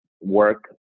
work